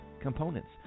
components